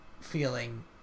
feeling